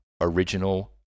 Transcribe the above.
original